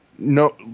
no